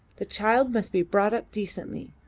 the child must be brought up decently.